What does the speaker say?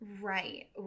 Right